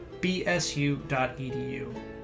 bsu.edu